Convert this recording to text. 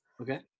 Okay